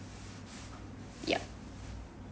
yup